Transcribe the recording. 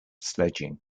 sledging